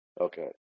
Okay